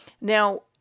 Now